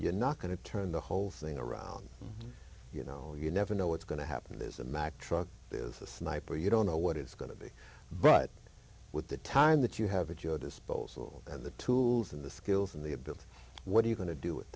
you're not going to turn the whole thing around you know you never know what's going to happen is a mack truck is a sniper you don't know what is going to be but with the time that you have a job disposal and the tools in the skills and the ability what are you going to do with